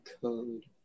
code